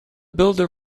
builder